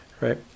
right